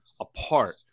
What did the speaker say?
apart